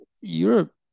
Europe